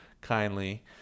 kindly